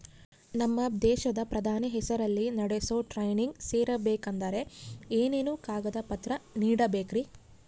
ನಮ್ಮ ದೇಶದ ಪ್ರಧಾನಿ ಹೆಸರಲ್ಲಿ ನಡೆಸೋ ಟ್ರೈನಿಂಗ್ ಸೇರಬೇಕಂದರೆ ಏನೇನು ಕಾಗದ ಪತ್ರ ನೇಡಬೇಕ್ರಿ?